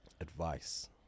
advice